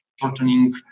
shortening